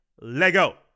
Lego